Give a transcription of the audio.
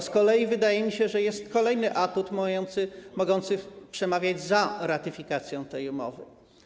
To z kolei, wydaje mi się, jest kolejny atut mogący przemawiać za ratyfikacją tej umowy.